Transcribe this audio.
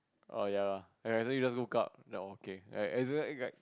oh ya lah like suddenly just woke up then okay as in like